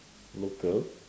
local